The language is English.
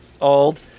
old